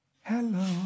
Hello